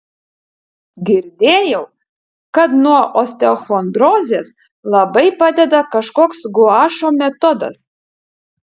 girdėjau kad nuo osteochondrozės labai padeda kažkoks guašo metodas